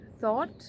thought